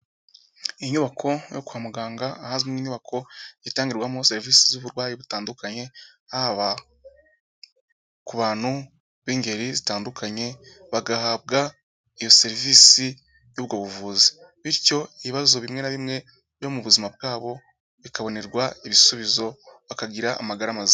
Inyubako yo kwa muganga ahazwi nk'inyubako itangirwamo serivisi z'uburwayi butandukanye, haba ku bantu b'ingeri zitandukanye bagahabwa iyo serivisi y'ubwo buvuzi bityo ibibazo bimwe na bimwe byo mu buzima bwabo bikabonerwa ibisubizo, bakagira amagara mazima.